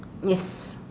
yes